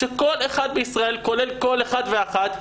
שכל אחד בישראל כולל כל אחד ואחת,